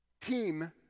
team